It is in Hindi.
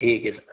ठीक है सर